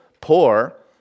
poor